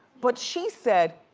but she said